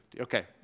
Okay